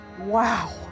wow